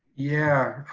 yeah,